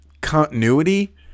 continuity